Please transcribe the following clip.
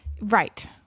right